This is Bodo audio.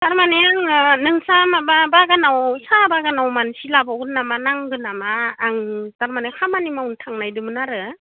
थारमाने आङो नोंस्रा माबा बागानाव साहा बागानाव मानसि लाबावगोन नामा नांगोन नामा आं थारमाने खामानि मावनो थांनो नागिरदोंमोन आरो